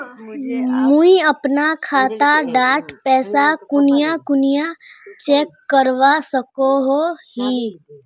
मुई अपना खाता डात पैसा कुनियाँ कुनियाँ चेक करवा सकोहो ही?